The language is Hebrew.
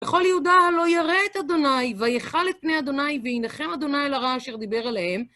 בכל יהודה לא יראה את אדוניי, וייחל את פני אדוניי, וינחם אדוניי לרע אשר דיבר עליהם.